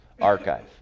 archive